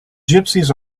gypsies